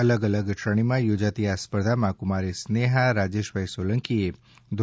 અલગ અલગ શ્રેણીમાં યોજાતી આ સ્પર્ધામાં કુમારી સ્નેહા રાજેશભાઇ સોલંકીએ ધો